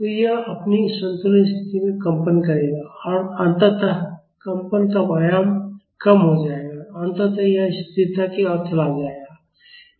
तो यह अपनी संतुलन स्थिति में कंपन करेगा और अंततः कंपन का आयाम कम हो जाएगा और अंततः यह स्थिरता के और चला जाएगा